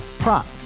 Prop